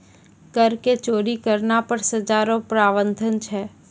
कर के चोरी करना पर सजा रो प्रावधान छै